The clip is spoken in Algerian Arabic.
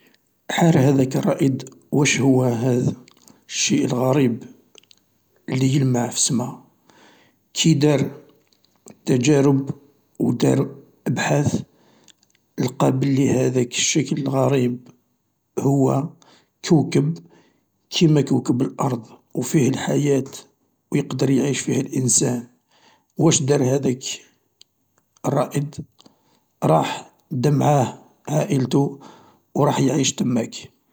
حار هذاك الرائد واش هو هاذ الشيء الغريب، اللي يلمع في السما، كي دار تحارب ودار ابحاث الق بلي هذاك الشكل الغريب هو كوكب كنا كوكب الأرض و فيه الحياة ويقدر يعيش فيه الانسان، واش يدير هاذاك الرائد، راح ادى معاه عائلتو وراح يعيش تماك.